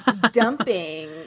dumping